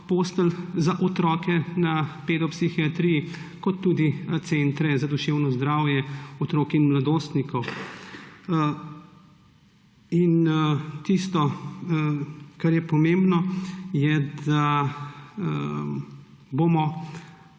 postelj za otroke na pedopsihiatriji kot tudi centre za duševno zdravje otrok in mladostnikov. Tisto, kar je pomembno, je, da bomo